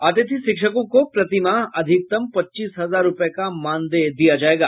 अतिथि शिक्षकों को प्रतिमाह अधिकतम पच्चीस हजार रूपये का मानदेय दिया जायेगा